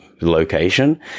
location